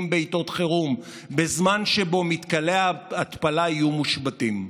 בעיתות חירום בזמן שבו מתקני ההתפלה יהיו מושבתים.